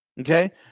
Okay